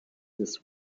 this